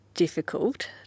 difficult